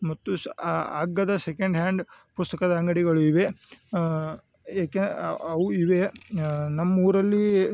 ಮತ್ತು ಸ ಅಗ್ಗದ ಸೆಕೆಂಡ್ ಹ್ಯಾಂಡ್ ಪುಸ್ತಕದ ಅಂಗಡಿಗಳು ಇವೆ ಏಕೆ ಅವು ಇವೆ ನಮ್ಮೂರಲ್ಲಿ